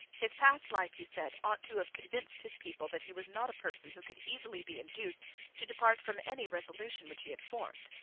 his past life, he said, ought to have convinced his people that he was not a person who could easily be induced to depart from any resolution which he had formed.